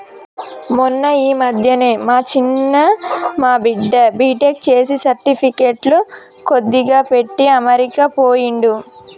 మొన్న ఈ మధ్యనే మా చిన్న మా బిడ్డ బీటెక్ చేసి సర్టిఫికెట్లు కొద్దిగా పెట్టి అమెరికా పోయిండు